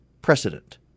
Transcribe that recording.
precedent